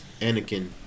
Anakin